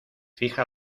fija